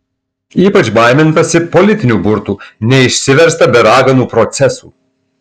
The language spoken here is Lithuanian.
ypač baimintasi politinių burtų neišsiversta be raganų procesų